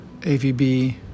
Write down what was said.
AVB